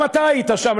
גם אתה היית שם,